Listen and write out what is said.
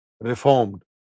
reformed